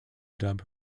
dub